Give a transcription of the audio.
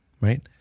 right